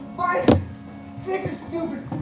fine, just take your stupid